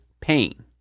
pain